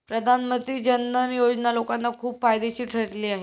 प्रधानमंत्री जन धन योजना लोकांना खूप फायदेशीर ठरली आहे